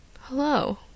Hello